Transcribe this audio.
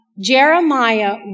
Jeremiah